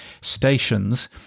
stations